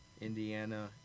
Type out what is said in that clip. Indiana